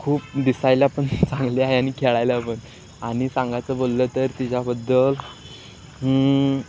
खूप दिसायला पण चांगली आहे आणि खेळायला पण आणि सांगायचं बोललं तर तिच्याबद्दल